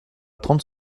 trente